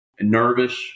nervous